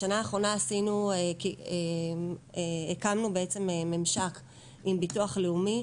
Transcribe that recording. בשנה האחרונה הקמנו ממשק עם ביטוח לאומי,